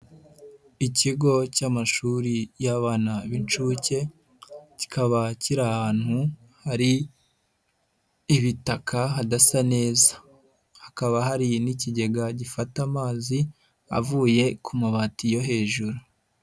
Ikigo cy'amashuri y'abana b'inshuke kikaba kiri ahantu hari ibitaka hadasa neza hakaba hari n'ikigega gifata amazi avuye ku mabati yo hejuru.